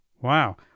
Wow